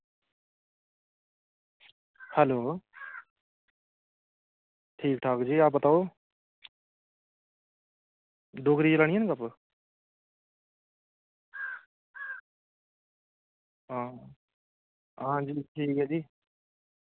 hello ठीक ठाक जी आप बताओ डोगरी च लानी ऐ नी गप्प हां हां जी ठीक ऐ जी